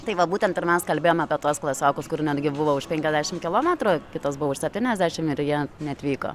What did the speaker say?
tai va būtent ir mes kalbėjom apie tuos klasiokus kurių netgi buvo už penkiasdešim kilometrų kitas buvo už septyniasdešim ir jie neatvyko